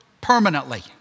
permanently